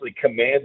commanded